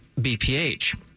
BPH